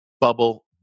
bubble